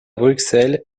bruxelles